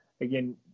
again